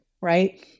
right